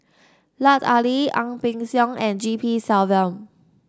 Lut Ali Ang Peng Siong and G P Selvam